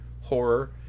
horror